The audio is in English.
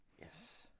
Yes